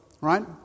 right